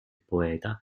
poeta